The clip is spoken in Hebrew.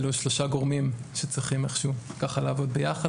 אלה שלושה גורמים שצריכים לעבוד ביחד.